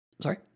Sorry